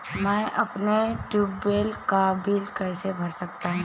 मैं अपने ट्यूबवेल का बिल कैसे भर सकता हूँ?